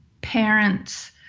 parents